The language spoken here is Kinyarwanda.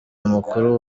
mukuru